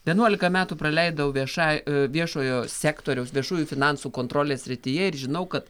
vienuolika metų praleidau viešai viešojo sektoriaus viešųjų finansų kontrolės srityje ir žinau kad